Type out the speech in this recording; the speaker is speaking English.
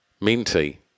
Minty